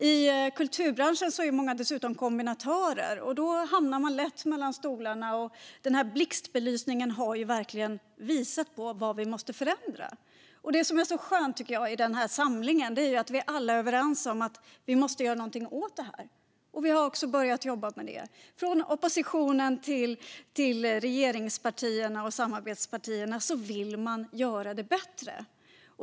I kulturbranschen är många dessutom kombinatörer, och då hamnar man lätt mellan stolarna. Den här blixtbelysningen har verkligen visat vad vi måste förändra. Då är det skönt att vi i denna samling är överens om att vi måste göra något åt detta, och vi har också börjat jobba med det - från oppositionen till regeringspartierna och samarbetspartierna vill vi göra det bättre.